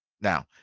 Now